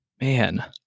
man